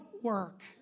work